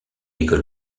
école